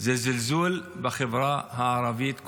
זה זלזול בחברה הערבית כולה.